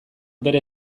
bere